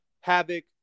Havoc